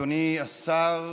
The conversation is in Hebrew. אדוני השר,